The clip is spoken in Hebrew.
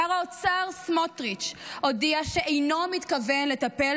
שר האוצר סמוטריץ' הודיע שאינו מתכוון לטפל